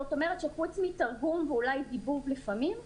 זאת אומרת, חוץ מתרגום ואולי דיבוב לפעמים,